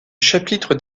chapitre